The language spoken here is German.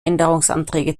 änderungsanträge